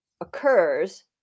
occurs